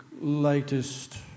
latest